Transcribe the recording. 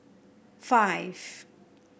five